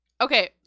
okay